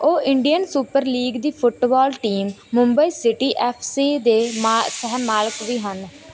ਉਹ Indian super league ਦੀ football team Mumbai city F C ਦੇ ਸਹਿ ਮਾਲਕ ਵੀ ਹਨ